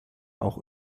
auch